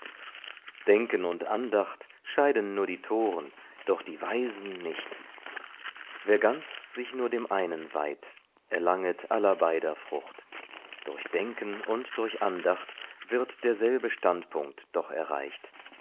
denken und andacht scheiden nur die toren doch die weisen nicht wer ganz sich nur dem einen weiht erlanget aller beider frucht durch denken und durch andacht wird derselbe standpunkt doch erreicht